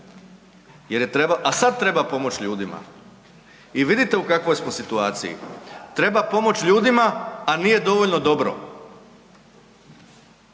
a sad treba pomoć ljudima i vidite u kakvoj smo situaciji, treba pomoć ljudima, a nije dovoljno dobro.